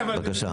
בבקשה.